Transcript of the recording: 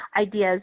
ideas